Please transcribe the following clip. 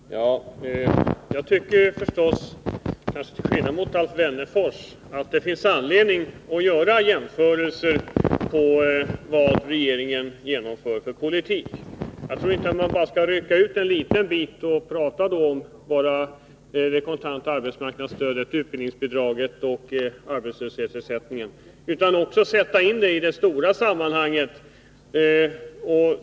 Herr talman! Jag tycker förstås, kanske till skillnad mot Alf Wennerfors, att det finns anledning att göra överblickar över hela den politik som regeringen bedriver. Jag tycker inte att man bara skall rycka ut en liten bit och prata enbart om det kontanta arbetsmarknadsstödet, utbildningsbidraget och arbetslöshetsersättningen, utan jag tycker att man också skall sätta in de avsnitten i det stora sammanhanget.